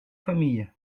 familles